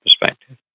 perspective